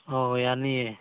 ꯑꯧ ꯌꯥꯅꯤꯌꯦ